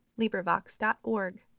LibriVox.org